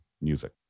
music